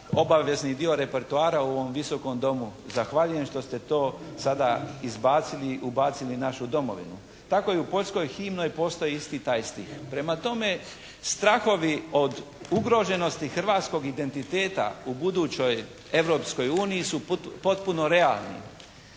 obavezan dio repertoara u ovom Visokom domu. Zahvaljujem što ste to sada izbacili i ubacili našu domovinu. Tako i u poljskoj himnoj postoji isti taj stih. Prema tome strahovi od ugroženosti hrvatskog identiteta u budućoj Europskoj uniji su potpuno realni.